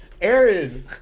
Aaron